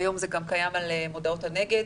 כיום זה גם קיים על מודעות הנגד,